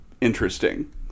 interesting